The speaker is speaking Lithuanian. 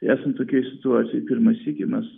esant tokiai situacijai pirmą sykį mes